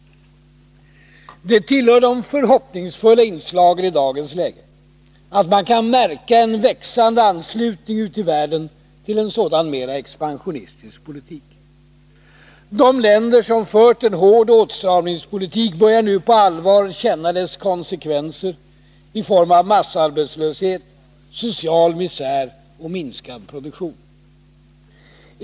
Det tillhör de förhoppningsfulla inslagen i dagens läge att man kan märka en växande anslutning ute i världen till en sådan mer expansionistisk politik. De länder som fört en hård åtstramningspolitik börjar nu på allvar känna dess konsekvenser i form av massarbetslöshet, social misär och minskad produktion.